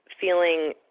feeling